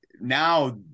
now